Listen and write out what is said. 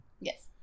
yes